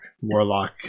warlock